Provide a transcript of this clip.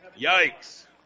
Yikes